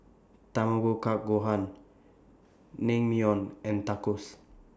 Tamago Kake Gohan Naengmyeon and Tacos